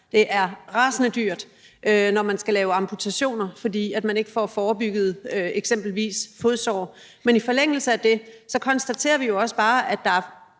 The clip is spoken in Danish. det er rasende dyrt, når man skal lave amputationer, fordi man ikke får forebygget eksempelvis fodsår. Men i forlængelse af det konstaterer vi jo også bare, at der er